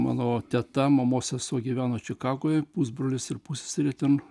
mano teta mamos sesuo gyveno čikagoje pusbrolis ir pusseserė ten